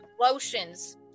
lotions